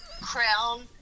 crown